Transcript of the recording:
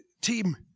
team